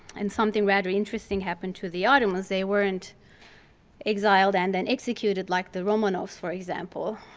and something rather interesting happened to the ottomans. they weren't exiled and then executed like the romanovs for example.